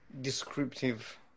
descriptive